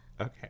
Okay